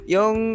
Yung